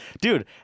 Dude